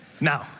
Now